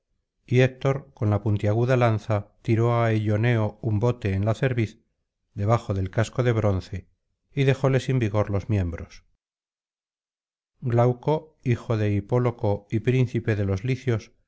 y héctor con la puntiaguda lanza tiró á eyoneo un bote en la cerviz debajo del casco de bronce y dejóle sin vigor los miembros glauco hijo de hipóloco y príncipe de los licios